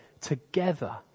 together